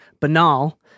banal